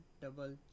double